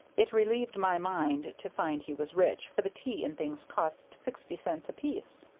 it relieved my mind to find he was rich, for the tea and things cost sixty cents apiece.